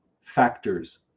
factors